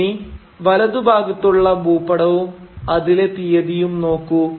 ഇനി വലതു ഭാഗത്തുള്ള ഭൂപടവും അതിലെ തിയ്യതിയും നോക്കൂ